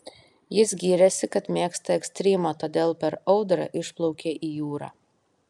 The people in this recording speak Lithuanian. jis gyrėsi kad mėgsta ekstrymą todėl per audrą išplaukė į jūrą